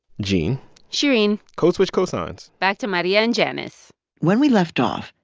gene shereen code switch cosigns back to maria and janice when we left off,